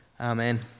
Amen